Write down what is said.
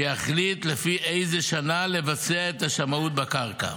שיחליט לפי איזה שנה לבצע את השמאות בקרקע.